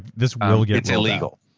this will get it's illegal.